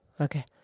Okay